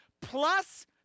plus